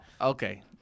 Okay